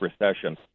recession